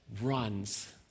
runs